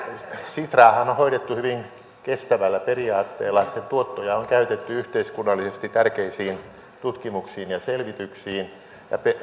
sitraahan on hoidettu hyvin kestävällä periaatteella ja tuottoja on käytetty yhteiskunnallisesti tärkeisiin tutkimuksiin ja selvityksiin ja